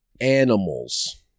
animals